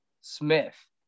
Smith